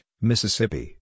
Mississippi